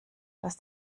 dass